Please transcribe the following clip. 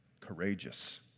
courageous